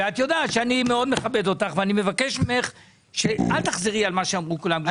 את יודעת שאני מאוד מכבד אותך ואני מבקש ממך לא לחזור על מה שאמרו כולם.